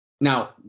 now